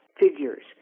figures